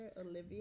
Olivia